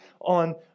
on